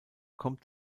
kommt